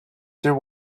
there